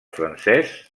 francès